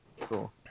cool